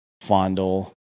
fondle